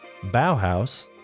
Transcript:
Bauhaus